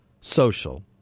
social